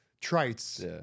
Traits